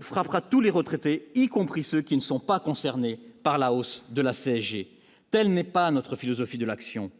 frappera tous les retraités, y compris ceux qui ne sont pas concernés par la hausse de la CSG, telle n'est pas notre philosophie de l'action,